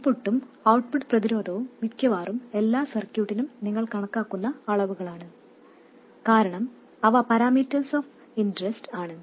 ഇൻപുട്ടും ഔട്ട്പുട്ട് പ്രതിരോധവും മിക്കവാറും എല്ലാ സർക്യൂട്ടിനും നിങ്ങൾ കണക്കാക്കുന്ന അളവുകളാണ് കാരണം അവ പാരാമീറ്റേഴ്സ് ഓഫ് ഇന്റെറെസ്റ്റ് ആണ്